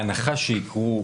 בהנחה שיקרו,